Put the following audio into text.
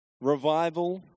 revival